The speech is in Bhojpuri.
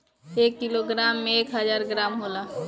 एक किलोग्राम में एक हजार ग्राम होला